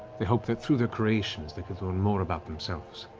they hoped that through their creations, they could learn more about themselves.